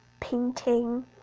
Painting